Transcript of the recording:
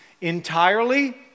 entirely